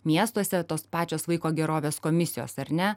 miestuose tos pačios vaiko gerovės komisijos ar ne